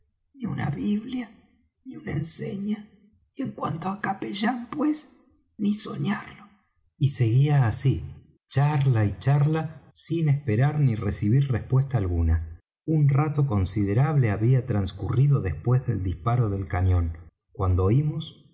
ni una biblia ni una enseña y en cuanto á capellán pues ni soñarlo y seguía así charla y charla mientras corríamos sin esperar ni recibir respuesta alguna un rato considerable había trascurrido después del disparo del cañón cuando oímos